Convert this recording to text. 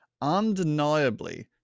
undeniably